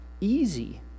easy